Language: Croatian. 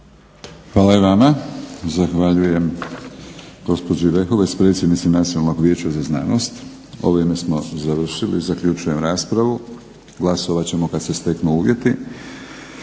Hvala i vama. Zahvaljujem gospođi Vehovec, predsjednici Nacionalnog vijeća za znanost. Ovime smo završili. Zaključujem raspravu. Glasovat ćemo kad se steknu uvjeti.